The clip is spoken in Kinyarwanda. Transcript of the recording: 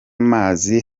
mazi